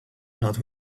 not